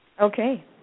Okay